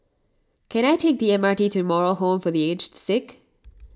can I take the M R T to Moral Home for the Aged Sick